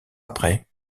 après